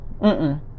Mm-mm